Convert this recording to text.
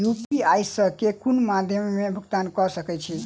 UPI सऽ केँ कुन मध्यमे मे भुगतान कऽ सकय छी?